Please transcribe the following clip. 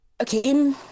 okay